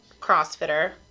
CrossFitter